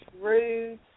rude